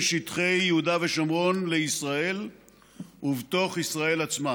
שטחי יהודה ושומרון לישראל ובתוך ישראל עצמה.